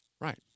Right